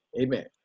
Amen